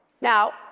Now